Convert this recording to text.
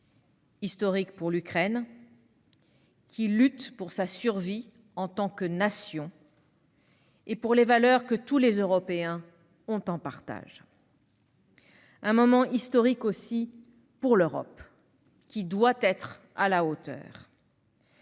historique pour l'Ukraine, qui lutte pour sa survie en tant que Nation et pour les valeurs que tous les Européens ont en partage. Il l'est aussi pour l'Europe, qui doit être à la hauteur.